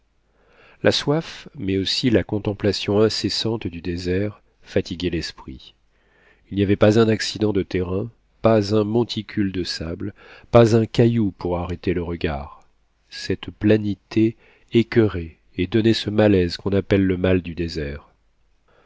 la soif mais aussi la contemplation incessante du désert fatiguait l'esprit il n'y avait pas un accident de terrain pas un monticule de sable pas un caillou pour arrêter le regard cette planité écurait et donnait ce malaise qu'on appelle le mal du désert